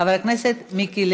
לקריאה שנייה